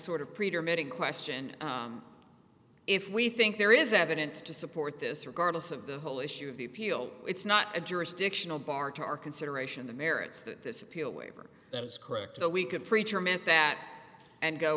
sort of question if we think there is evidence to support this regardless of the whole issue of the appeal it's not a jurisdictional bar to our consideration the merits that this appeal waiver that was correct so we could preacher meant that and go